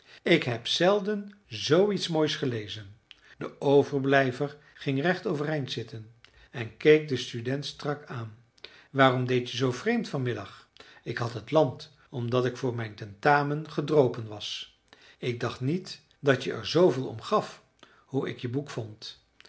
ik heb zelden zooiets moois gelezen de overblijver ging recht overeind zitten en keek den student strak aan waarom deed je zoo vreemd van middag ik had het land omdat ik voor mijn tentamen gedropen was ik dacht niet dat je er zooveel om gaf hoe ik je boek vond